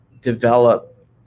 develop